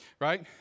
right